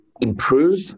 improve